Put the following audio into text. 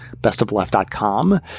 bestofleft.com